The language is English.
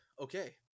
okay